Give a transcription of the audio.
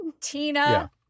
tina